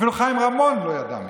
אפילו חיים רמון לא ידע מזה.